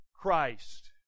Christ